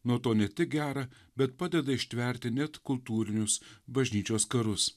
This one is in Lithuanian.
nuo to ne tik gera bet padeda ištverti net kultūrinius bažnyčios karus